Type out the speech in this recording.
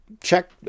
check